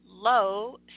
low